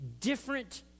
different